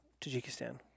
Tajikistan